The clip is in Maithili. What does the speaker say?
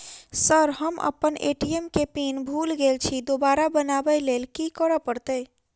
सर हम अप्पन ए.टी.एम केँ पिन भूल गेल छी दोबारा बनाबै लेल की करऽ परतै?